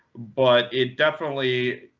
but it definitely